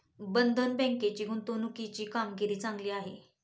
बंधन बँकेची गुंतवणुकीची कामगिरी चांगली आहे